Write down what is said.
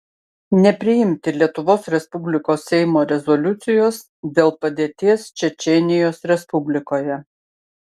nepriimti lietuvos respublikos seimo rezoliucijos dėl padėties čečėnijos respublikoje